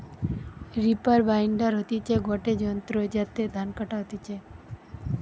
reaper binder হতিছে গটে যন্ত্র যাতে ধান কাটা হতিছে